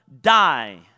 die